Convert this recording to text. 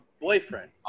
boyfriend